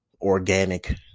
organic